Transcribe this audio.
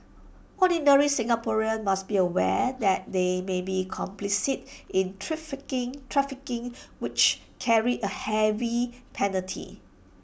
ordinary Singaporeans must be aware that they may be complicit in trafficking which carries A heavy penalty